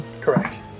Correct